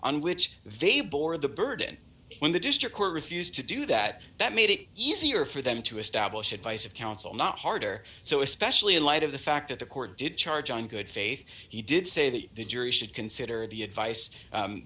on which they bore the burden when the district court refused to do that that made it easier for them to establish advice of counsel not harder so especially in light of the fact that the court did charge on good faith he did say that the jury should consider the advice